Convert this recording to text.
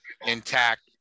intact